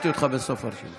עשו רעש כל הזמן,